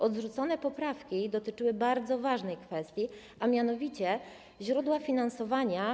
Odrzucone poprawki dotyczyły bardzo ważnej kwestii, a mianowicie źródła finansowania.